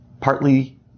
Partly